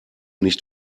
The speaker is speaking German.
nicht